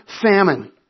famine